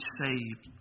saved